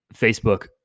Facebook